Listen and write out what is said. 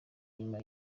inyuma